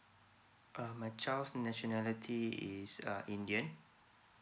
um my child's nationality is uh indian